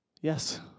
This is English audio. yes